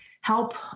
help